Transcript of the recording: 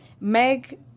Meg